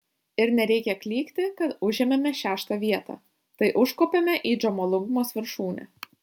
ir nereikia klykti kad užėmėme šeštą vietą tai užkopėme į džomolungmos viršūnę